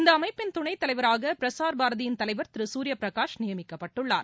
இந்தஅமைப்பின் துணைத்தலைவராகபிரஸார் பாரதியின் தலைவர் திருசூரியபிரகாஷ் நியமிக்கப்பட்டுள்ளார்